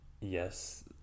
yes